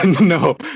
No